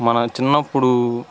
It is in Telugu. మన చిన్నప్పుడు